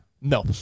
no